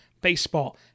baseball